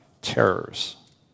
terrors